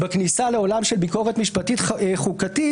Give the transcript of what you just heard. בכניסה לעולם של ביקורת משפטית חוקתית.